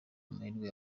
amahirwe